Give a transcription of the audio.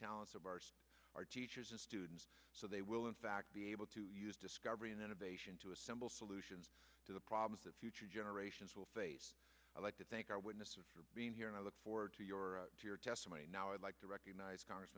talents of our our teachers and students so they will in fact be able to use discovery and then evasion to assemble solutions to the problems that future generations will face i'd like to thank our witnesses for being here and i look forward to your your testimony now i'd like to recognize c